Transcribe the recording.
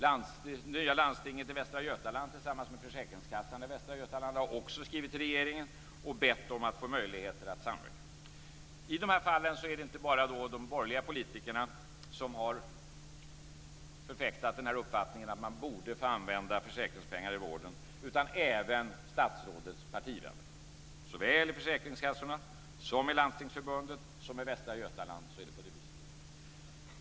Det nya landstinget i Västra Götaland har tillsammans med försäkringskassan i Västra Götaland också skrivit till regeringen och bett om att få möjligheter att samverka. I dessa fall är det inte bara de borgerliga politikerna som har förfäktat uppfattningen att man borde få använda försäkringspengar i vården utan även statsrådets partivänner såväl i försäkringskassorna som i Landstingsförbundet som i Västra Götaland.